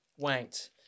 wanked